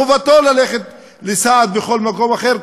חובתו ללכת לסעד בכל מקום אחר,